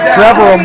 Trevor